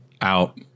Out